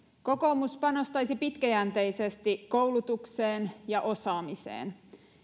kokoomus panostaisi pitkäjänteisesti koulutukseen ja osaamiseen